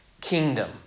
kingdom